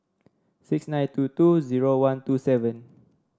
six nine two two zero one two seven